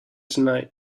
tonight